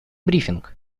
брифинг